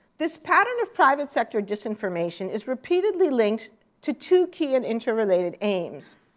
this pattern of private sector disinformation is repeatedly linked to two key and interrelated aims.